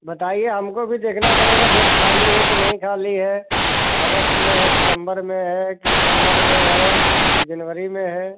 बताइए हमको भी देखना पड़ेगा डेट खाली है कि नहीं खाली है अगस्त में है सितम्बर में है कि दिसम्बर में है कि जनवरी में है